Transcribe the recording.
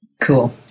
Cool